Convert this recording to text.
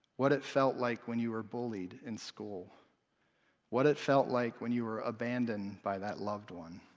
what it felt like when you were bullied in school what it felt like when you were abandoned by that loved one.